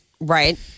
Right